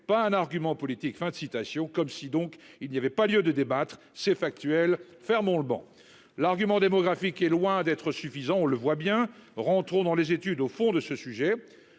Pas un argument politique fin de citation. Comme si, donc il n'y avait pas lieu de débattre c'est factuel. Fermons le banc, l'argument démographique est loin d'être suffisant, on le voit bien, rentrons dans les études au fond de ce sujet